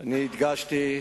אני הדגשתי,